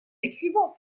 écrivant